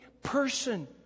person